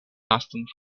lastan